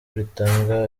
ritanga